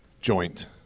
joint